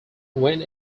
went